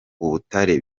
ubutare